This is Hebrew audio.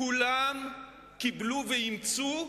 כולם קיבלו ואימצו,